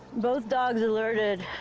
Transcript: both dogs alerted.